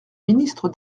ministre